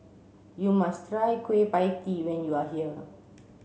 you must try Kueh pie tee when you are here